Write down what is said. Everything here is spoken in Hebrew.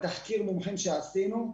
בתחקיר מומחים שעשינו,